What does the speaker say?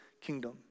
kingdom